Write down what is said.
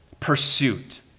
Pursuit